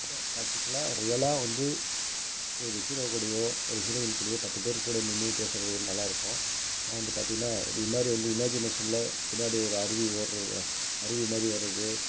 இப்போ ப்ராக்டிக்கலாக ரியலாக வந்து ஒரு ஹீரோ கூடவோ ஒரு ஹீரோயின் கூடவோ பத்து பேர் கூட நின்று பேசுகிறது ஒரு நல்லாருக்கும் ஆனால் வந்து பார்த்திங்கன்னா இதுமாதிரி வந்து இமாஜினேஷன்ல பின்னாடி ஒரு அருவி ஓடுகிறது அருவிமாதிரி வரது